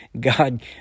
God